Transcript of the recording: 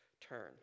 turn